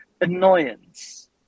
annoyance